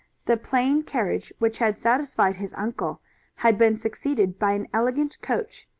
the plain carriage which had satisfied his uncle had been succeeded by an elegant coach,